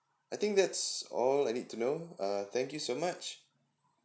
I think that's all I need to know uh thank you so much